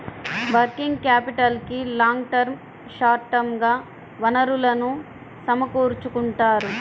working క్యాపిటల్కి long term, short term గా వనరులను సమకూర్చుకుంటారు